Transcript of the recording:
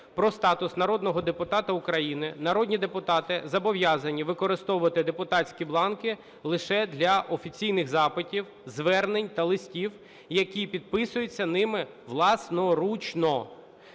"Про статус народного депутата України", народні депутати зобов'язані використовувати депутатські бланки лише для офіційних запитів, звернень та листів, які підписуються ними власноручно.